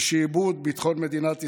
ושיעבוד ביטחון מדינת ישראל.